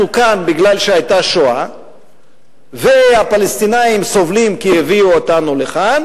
כאן משום שהיתה שואה ושהפלסטינים סובלים כי הביאו אותנו לכאן